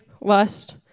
lust